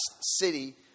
city